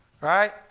right